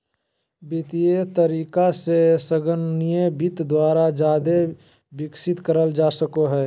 वित्तीय तरीका से संगणकीय वित्त द्वारा जादे विकसित करल जा सको हय